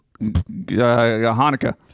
Hanukkah